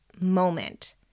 moment